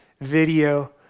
video